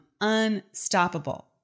unstoppable